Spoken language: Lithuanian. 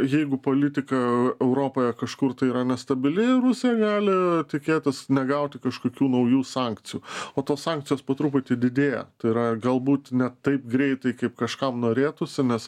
jeigu politika europoje kažkur tai yra nestabili rusija gali tikėtis negauti kažkokių naujų sankcijų o tos sankcijos po truputį didėja tai yra galbūt ne taip greitai kaip kažkam norėtųsi nes